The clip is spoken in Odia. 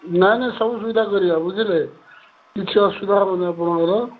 ନାଇଁ ନାଇଁ ସବୁ ସୁବିଧା କରିବା ବୁଝିଲେ କିଛି ଅସୁବିଧା ହବନି ଆପଣଙ୍କର